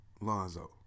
Lonzo